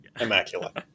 immaculate